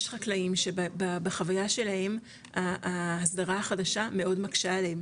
יש חקלאים שבחוויה שלהם ההסדרה החדשה מאוד מקשה עליהם